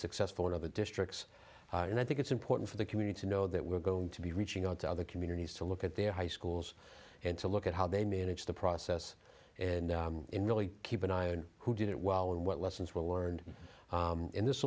successful in other districts and i think it's important for the community to know that we're going to be reaching out to other communities to look at their high schools and to look at how they manage the process and really keep an eye on who did it well and what lessons were learned in this